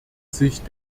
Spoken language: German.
sich